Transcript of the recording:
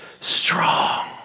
strong